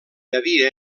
havia